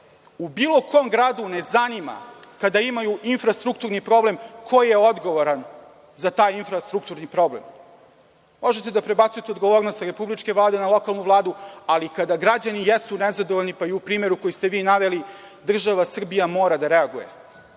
u bilo kom gradu ne zanima kada imaju infrastrukturni problem ko je odgovoran za taj infrastrukturni problem. Možete da prebacujete odgovornost sa republičke Vlade na lokalnu vladu, ali kada građani jesu nezadovoljni, pa i u primeru koji ste vi naveli, država Srbija mora da reaguje.